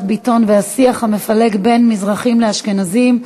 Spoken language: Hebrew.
ביטון והשיח המפלג בין מזרחים לאשכנזים: